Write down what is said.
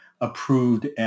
approved